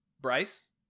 Bryce